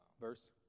verse